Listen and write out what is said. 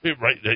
Right